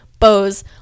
bows